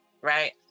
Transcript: right